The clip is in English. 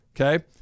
Okay